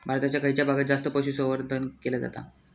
भारताच्या खयच्या भागात जास्त पशुसंवर्धन केला जाता?